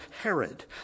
Herod